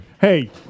Hey